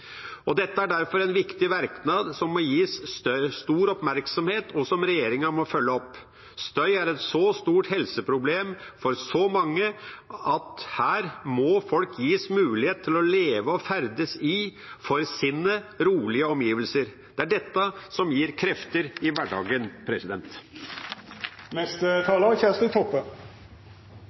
Dette er derfor en viktig merknad som må gis stor oppmerksomhet, og som regjeringa må følge opp. Støy er et så stort helseproblem for så mange at her må folk gis mulighet til å leve og ferdes i, for sinnet, rolige omgivelser. Det er dette som gir krefter i hverdagen. Eg er